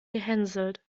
gehänselt